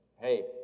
hey